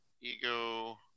Ego